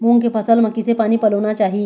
मूंग के फसल म किसे पानी पलोना चाही?